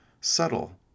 subtle